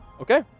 Okay